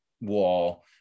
wall